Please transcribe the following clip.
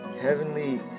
heavenly